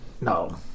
No